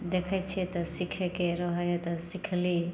देखै छियै तऽ सीखयके रहै हइ तऽ सीखली